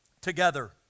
together